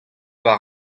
war